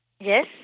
Yes